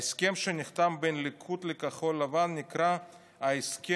ההסכם שנחתם בין הליכוד לכחול לבן נקרא ההסכם